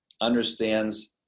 understands